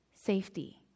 safety